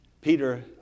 Peter